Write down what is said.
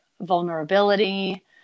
vulnerability